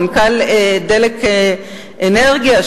מנכ"ל "דלק אנרגיה",